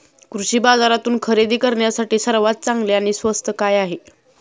कृषी बाजारातून खरेदी करण्यासाठी सर्वात चांगले आणि स्वस्त काय आहे?